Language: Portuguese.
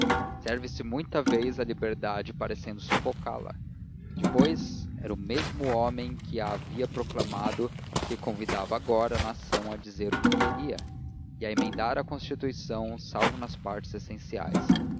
serve-se muita vez a liberdade parecendo sufocá la depois era o mesmo homem que a havia proclamado que convidava agora a nação a dizer o que queria e a emendar a constituição salvo nas partes essenciais